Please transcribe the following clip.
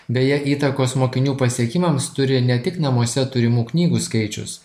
beje įtakos mokinių pasiekimams turi ne tik namuose turimų knygų skaičius